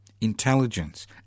intelligence